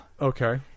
Okay